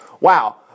Wow